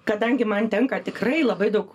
kadangi man tenka tikrai labai daug